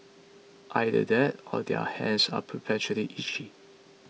either that or their hands are perpetually itchy